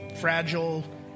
fragile